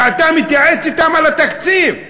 שאתה מתייעץ אתם על התקציב,